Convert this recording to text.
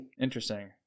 interesting